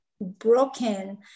broken